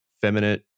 feminine